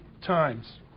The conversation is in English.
times